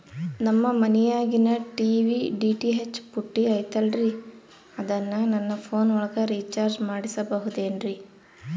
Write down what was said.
ನಮ್ಮ ಮನಿಯಾಗಿನ TV DTH ಪುಟ್ಟಿ ಐತಲ್ರೇ ಅದನ್ನ ನನ್ನ ಪೋನ್ ಒಳಗ ರೇಚಾರ್ಜ ಮಾಡಸಿಬಹುದೇನ್ರಿ?